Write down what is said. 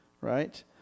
Right